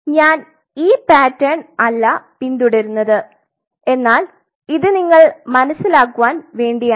ഞാൻ ഈ പാറ്റേൺ അല്ല പിന്തുടരുന്നത് എന്നാൽ ഇത് നിങ്ങൾ മനസിലാക്കുവാൻ വേണ്ടിയാണ്